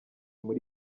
muri